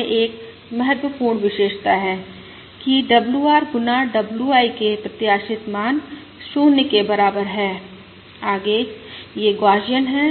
और यह एक महत्वपूर्ण विशेषता है कि WR गुना WI के प्रत्याशित मान 0 के बराबर है आगे ये गौसियन हैं